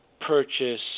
purchase